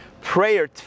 Prayer